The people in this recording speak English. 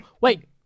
wait